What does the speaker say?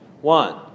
One